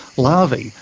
larvae,